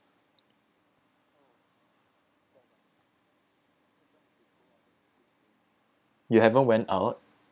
you haven't went out